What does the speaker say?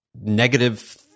negative